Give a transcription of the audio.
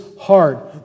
heart